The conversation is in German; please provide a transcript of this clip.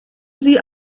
sie